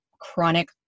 chronic